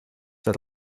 that